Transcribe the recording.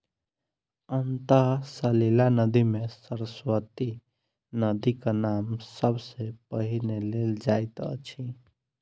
अंतः सलिला नदी मे सरस्वती नदीक नाम सब सॅ पहिने लेल जाइत अछि